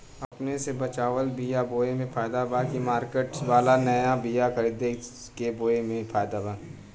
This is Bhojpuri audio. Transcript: अपने से बचवाल बीया बोये मे फायदा बा की मार्केट वाला नया बीया खरीद के बोये मे फायदा बा?